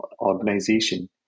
organization